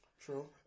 True